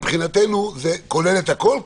מבחינתנו זה כולל את הכול,